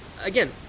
again